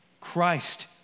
Christ